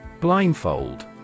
Blindfold